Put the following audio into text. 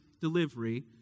delivery